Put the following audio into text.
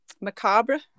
macabre